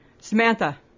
Samantha